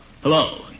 Hello